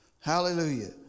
hallelujah